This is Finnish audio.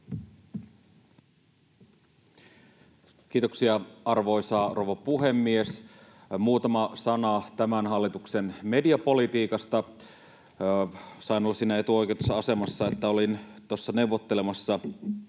Kiitoksia, arvoisa rouva puhemies! Muutama sana tämän hallituksen mediapolitiikasta: Sain olla siinä etuoikeutetussa asemassa, että olin neuvottelemassa